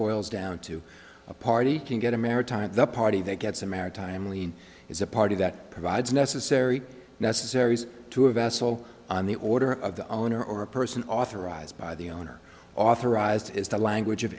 boils down to a party can get a maritime the party that gets a maritime lien is a party that provides necessary necessaries to a vessel on the order of the owner or a person authorized by the owner authorized is the language of